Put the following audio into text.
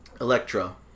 Electro